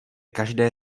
každé